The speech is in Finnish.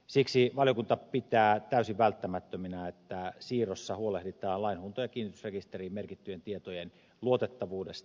siksi valiokunta pitää täysin välttämättömänä että siirrossa huolehditaan lainhuuto ja kiinnitysrekisteriin merkittyjen tietojen luotettavuudesta